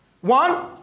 one